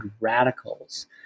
radicals